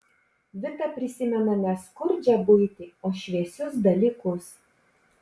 vita prisimena ne skurdžią buitį o šviesius dalykus